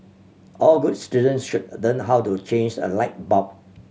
all good citizens should learn how to change a light bulb